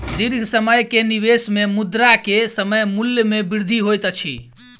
दीर्घ समय के निवेश में मुद्रा के समय मूल्य में वृद्धि होइत अछि